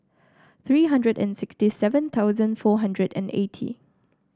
three hundred and sixty seven thousand four hundred and eighty